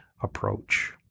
approach